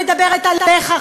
ואני מדברת עליך,